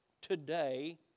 today